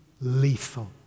lethal